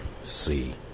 see